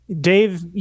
Dave